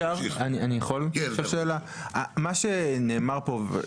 מה שנאמר פה,